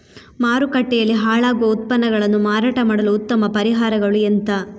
ಮಾರುಕಟ್ಟೆಯಲ್ಲಿ ಹಾಳಾಗುವ ಉತ್ಪನ್ನಗಳನ್ನು ಮಾರಾಟ ಮಾಡಲು ಉತ್ತಮ ಪರಿಹಾರಗಳು ಎಂತ?